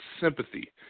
sympathy